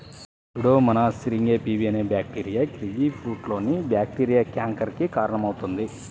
Pseudomonas syringae PV అనే bacteria కివీఫ్రూట్లోని bacteria canker కి కారణమవుతుంది